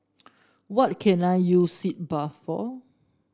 what can I use Sitz Bath for